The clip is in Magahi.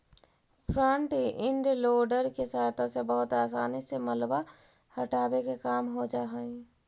फ्रन्ट इंड लोडर के सहायता से बहुत असानी से मलबा हटावे के काम हो जा हई